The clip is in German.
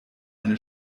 eine